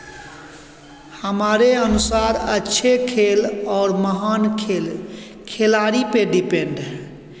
हमारे अनुसार अच्छे खेल और महान खेल खिलाड़ी पे डिपेंड है